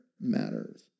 matters